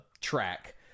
track